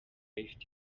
ifite